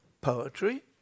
poetry